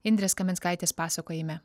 indrės kaminskaitės pasakojime